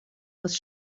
was